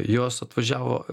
jos atvažiavo